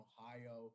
Ohio